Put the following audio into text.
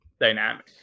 dynamic